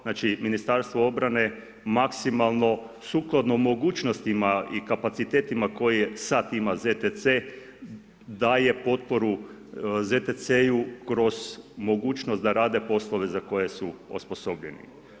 Znači, MORH maksimalno sukladno mogućnostima i kapacitetima koje sad ima ZTC, daje potporu ZTC-u kroz mogućnost da rade poslove za koje su osposobljeni.